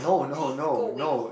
please go away